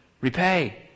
repay